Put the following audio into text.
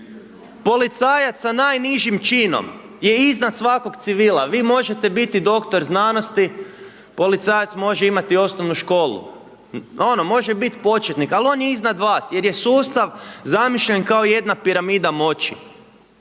Policajac sa najnižim činom je iznad svakog civila, vi možete biti doktor znanosti, policajac može imati osnovnu školu. Ono, može biti početnik ali on je iznad vas jer je sustav zamišljen kao jedna piramida moći.